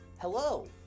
Hello